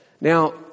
Now